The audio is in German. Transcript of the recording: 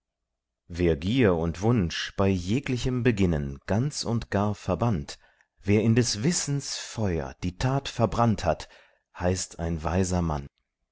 wer gier und wunsch bei jeglichem beginnen ganz und gar verbannt wer in des wissens feu'r die tat verbrannt hat heißt ein weiser mann